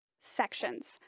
sections